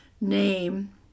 name